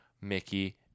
Mickey